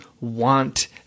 want